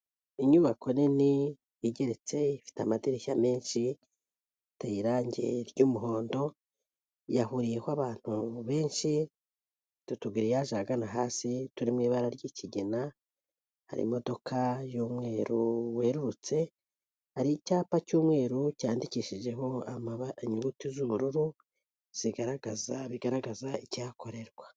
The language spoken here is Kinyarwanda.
Inyubako nini igeretse, ifite amadirishya menshi, iteye irangi ry'umuhondo, yahuriyeho abantu benshi, ifite utugiriyaje ahagana hasi turi mu ibara ry'ikigina, hari imodoka y'umweru weherurutse, hari icyapa cy'umweru cyandikishijeho inyuguti z'ubururu bigaragaza ikihakorerwa.